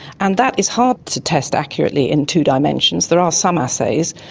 and that is hard to test accurately in two dimensions. there are some assays.